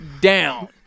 down